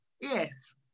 Yes